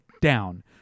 down